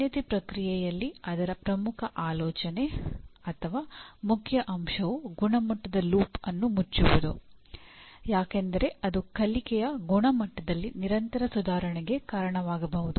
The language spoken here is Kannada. ಮಾನ್ಯತೆ ಪ್ರಕ್ರಿಯೆಯಲ್ಲಿ ಅದರ ಪ್ರಮುಖ ಆಲೋಚನೆ ಅಥವಾ ಮುಖ್ಯ ಅಂಶವು ಗುಣಮಟ್ಟದ ಲೂಪ್ ಅನ್ನು ಮುಚ್ಚುವುದು ಯಾಕೆಂದರೆ ಅದು ಕಲಿಕೆಯ ಗುಣಮಟ್ಟದಲ್ಲಿ ನಿರಂತರ ಸುಧಾರಣೆಗೆ ಕಾರಣವಾಗಬಹುದು